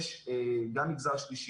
יש גם מגזר שלישי,